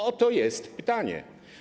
Oto jest pytanie.